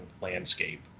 landscape